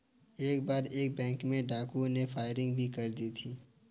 एक बार एक बैंक में डाकुओं ने फायरिंग भी कर दी थी